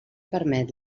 permet